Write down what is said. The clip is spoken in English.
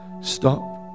stop